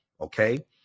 Okay